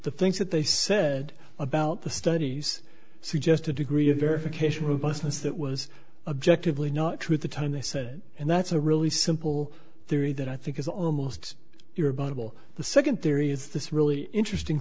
the things that they said about the studies suggest a degree of verification robustness that was objective lee not true at the time they said it and that's a really simple theory that i think is almost your bottle the second theory is this really interesting